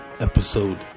Episode